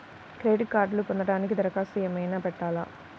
Credit కార్డ్ను పొందటానికి దరఖాస్తు ఏమయినా పెట్టాలా?